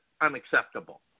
unacceptable